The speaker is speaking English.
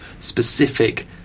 specific